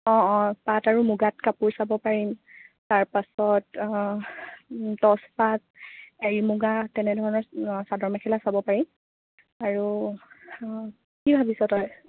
অঁ অঁ পাট আৰু মুগাত কাপোৰ চাব পাৰিম তাৰপাছত টচ পাট এৰি মুগা তেনেধৰণৰ চাদৰ মেখেলা চাব পাৰি আৰু কি ভাবিছ তই